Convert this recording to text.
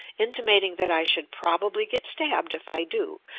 intimating that i should probably get stabbed if i do,